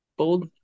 Bold